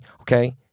okay